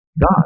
God